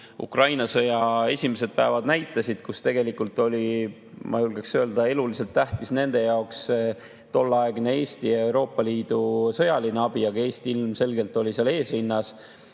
Ukraina sõja esimesed päevad näitasid, oli, ma julgeksin öelda, eluliselt tähtis nende jaoks tolleaegne Eesti ja Euroopa Liidu sõjaline abi, milles Eesti ilmselgelt oli esirinnas,